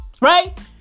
Right